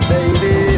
Baby